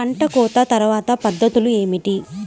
పంట కోత తర్వాత పద్ధతులు ఏమిటి?